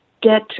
get